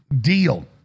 deal